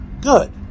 good